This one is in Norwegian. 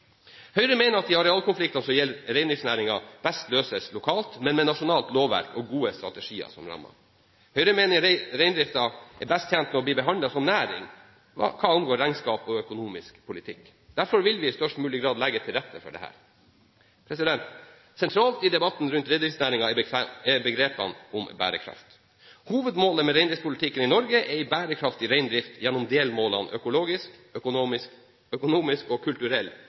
Høyre mener at de arealkonflikter som gjelder reindriftsnæringen, best løses lokalt, men med nasjonalt lovverk og gode strategier som ramme. Høyre mener reindriften er best tjent med å bli behandlet som næring hva angår regnskap og økonomisk politikk. Derfor vil vi i størst mulig grad legge til rette for dette. Sentralt i debatten rundt reindriftsnæringen er begrepet om bærekraft. Hovedmålet med reindriftspolitikken i Norge er en bærekraftig reindrift gjennom delmålene økologisk, økonomisk og kulturell